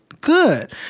good